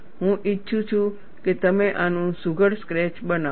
હું ઈચ્છું છું કે તમે આનું સુઘડ સ્કેચ બનાવો